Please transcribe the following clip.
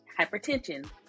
Hypertension